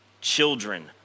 children